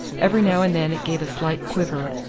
every now and then it gave a slight quiver,